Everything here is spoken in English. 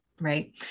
right